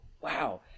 wow